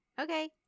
Okay